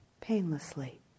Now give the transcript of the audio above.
painlessly